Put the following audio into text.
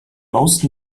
most